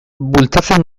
bultzatzen